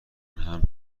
حمل